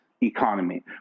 economy